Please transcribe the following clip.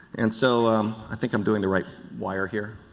and so i think i'm doing the right wire here.